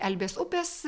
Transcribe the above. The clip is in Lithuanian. elbės upės